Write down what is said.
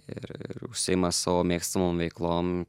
ir ir užsiima savo mėgstamom veiklom